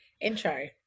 intro